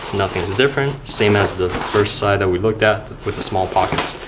nothing is different. same as the first side that we looked at with the small pockets.